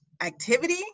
activity